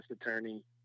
attorney